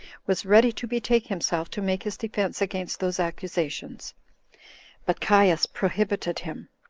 was ready to betake himself to make his defense against those accusations but caius prohibited him,